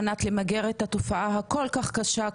על מנת למגר את התופעה הכל כך קשה,